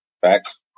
Facts